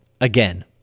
Again